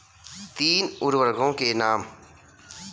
तीन उर्वरकों के नाम?